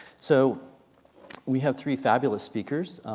so we have three fabulous speakers.